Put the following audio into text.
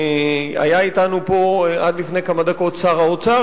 היה אתנו פה עד לפני כמה דקות שר האוצר,